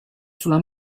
sulla